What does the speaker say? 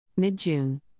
mid-June